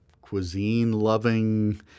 cuisine-loving